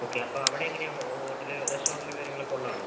okay അപ്പോൾ അവിടെങ്ങനെയാണ് hotel റെസ്റ്റോറെന്റും കാര്യങ്ങളും ഒക്കെ ഉള്ളതാണോ